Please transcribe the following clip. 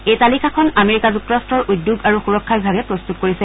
এই তালিকাখন আমেৰিকা যুক্তৰাট্টৰ উদ্যোগ আৰু সূৰক্ষা বিভাগে প্ৰস্তুত কৰিছে